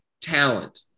talent